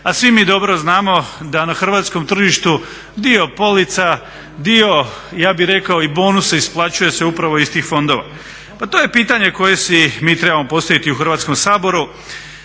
a svi mi dobro znamo da na hrvatskom tržištu dio polica, dio ja bi rekao i bonusa isplaćuje se upravo iz tih fondova. Pa to je pitanje koje si mi trebamo postaviti u Hrvatskom saboru.